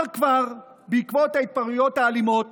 כבר אמר בעקבות ההתפרעויות האלימות